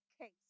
case